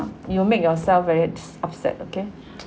you will make yourself very upset okay